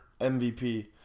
MVP